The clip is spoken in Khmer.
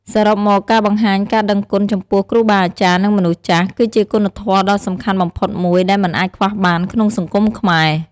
សរុបមក ការបង្ហាញការដឹងគុណចំពោះគ្រូបាអាចារ្យ និងមនុស្សចាស់ គឺជាគុណធម៌ដ៏សំខាន់បំផុតមួយដែលមិនអាចខ្វះបានក្នុងសង្គមខ្មែរ។